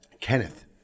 kenneth